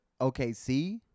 OKC